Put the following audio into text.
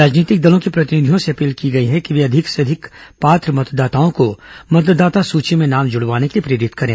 राजनीतिक दलों के प्रतिनिधियों से अपील की गई है कि वे अधिक से अधिक पात्र मतदाताओं को मतदाता सूची में नाम जुड़वाने के लिए प्रेरित करें